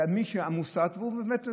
והוא באמת,